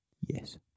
Yes